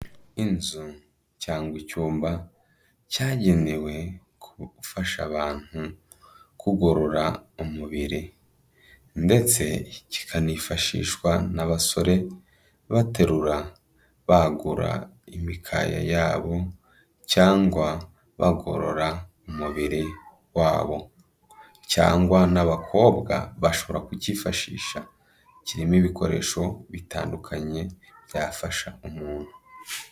Inzu cyangwa icyumba cyagenewe gufasha abantu kugorora umubiri ndetse kikanifashishwa n'abasore baterura, bagura imikaya yabo cyangwa bagorora umubiri wabo cyangwa n'abakobwa bashobora kukiyifashisha, kirimo ibikoresho bitandukanye byafasha umuntu.